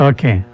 Okay